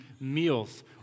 meals